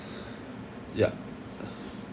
yup